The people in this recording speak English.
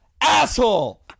Asshole